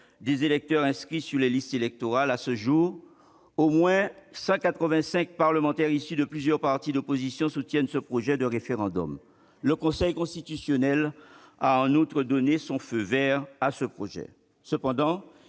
des électeurs inscrits sur les listes électorales ». À ce jour, au moins 185 parlementaires ... 248 !... issus de plusieurs partis d'opposition soutiennent ce projet de référendum. Le Conseil constitutionnel a en outre donné son feu vert à ce projet. Cependant,